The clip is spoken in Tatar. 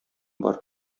бар